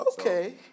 Okay